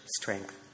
strength